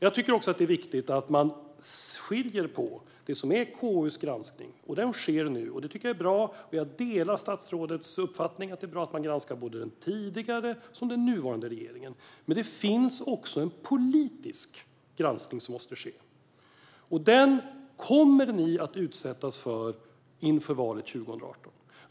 Jag tycker också att det är viktigt att man skiljer på de olika typerna av granskning i samband med detta. KU:s granskning sker nu, vilket jag tycker är bra. Jag delar statsrådets uppfattning att det är bra att såväl den tidigare som den nuvarande regeringen granskas. Men det finns också en politisk granskning som måste ske. Den kommer ni att utsättas för inför valet 2018.